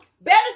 Better